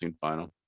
final